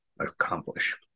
accomplish